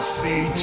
see